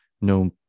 no